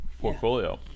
portfolio